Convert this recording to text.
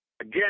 Again